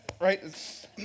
right